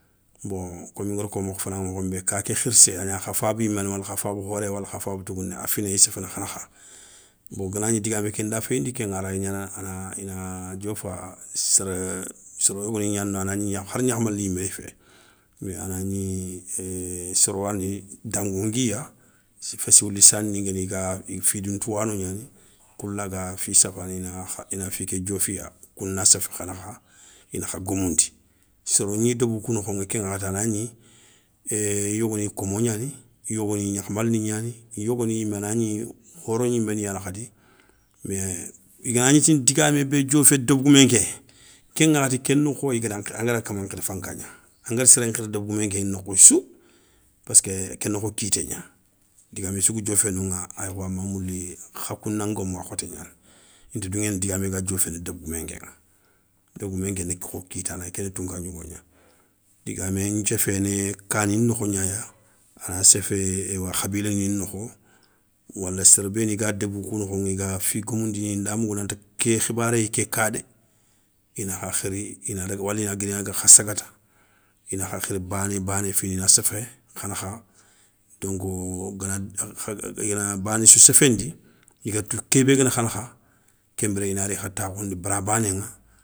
Bon komi ngada ko mokh fanaŋa mokhon bé kaké khirsé a gna kha faba yimé wala kha faba khoré wala kha faba tougouné a finaya séféné kha nakha, bo ganagni digamé kenda féyindi kéŋa araygnana ana ina diofa séra soro yogoniya gnana noŋa hari gnakhamalani yimé fé, mais ana gni éé soro yani dango nguiya fessiwilissani ngani iga, fi ndou touwano gnani, kou laga fi safana i ga ina fi ké diofiya, kou na séfé kha nakha ina kha geumoundi, soro gni deubou kou nokhoŋa ke ŋakhati anagni, ééé i yogoni komo gnani i yogoni gnakhamalani gnani, i yogoni yimé anagni horo gniméni yani khadi, mais i ganagni tini digamé bé diofé débégoumén ké ken ŋakhati kénakho igada, angada kama nkhiri fanka gna angada séré nkhiri débégoumé nké nokhou sou peské ké nakho, kité gna, digamé sou ga diofé noŋa ayakho ama mouli khakou na ngomou a khoté gnani. Inta douŋéné digamé ga dioféné débégoumé nkéŋa débégoumé nkéna kho kitana gna a kéna tounka gnougo gna, digamé nthéféné kani nokho gna ya a na séfé éywa khabila ni nokho, wala séré béni ga deubou kou nokho i ga fi geumoundini inda mougou nanti ké khibaréya kéka dé. Ina kha khiri ina daga wali na guiri ina daga kha sagata, ina kha khiri bané bané fina ina séfé kha nakha, donko gana igana bané sou séfendi, i gada tou ké bé guéni kha nakha, kenbiré inari kha takhoundi béra banéŋa.